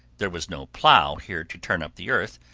there was no plough here to turn up the earth,